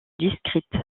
district